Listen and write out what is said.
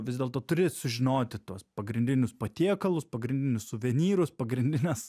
vis dėlto turi sužinoti tuos pagrindinius patiekalus pagrindinius suvenyrus pagrindines